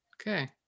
Okay